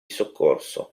soccorso